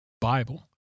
Bible